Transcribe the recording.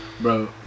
Bro